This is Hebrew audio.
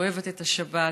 אוהבת את השבת,